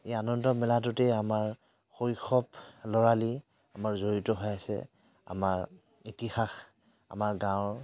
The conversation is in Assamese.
এই আনন্দ মেলাটোতেই আমাৰ শৈশৱ ল'ৰালি আমাৰ জড়িত হৈ আছে আমাৰ ইতিহাস আমাৰ গাঁৱৰ